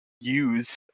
use